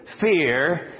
fear